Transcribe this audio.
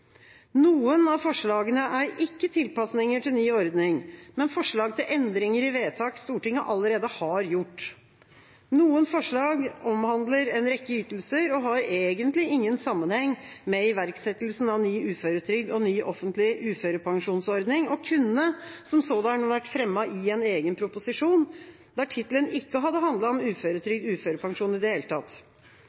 Noen av forslagene er ikke tilpasninger til ny ordning, men forslag til endringer i vedtak Stortinget allerede har gjort. Noen forslag omhandler en rekke ytelser og har egentlig ingen sammenheng med iverksettelsen av ny uføretrygd og ny offentlig uførepensjonsordning og kunne som sådan vært fremmet i en egen proposisjon, der tittelen ikke hadde handlet om uføretrygd eller uførepensjon i det hele tatt.